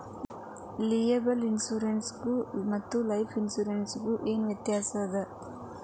Liable insurance ಗು ಮತ್ತ life insurance ಗು ಏನ್ ವ್ಯಾತ್ಯಾಸದ?